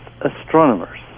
astronomers